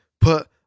put